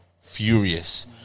furious